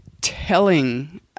telling